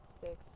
six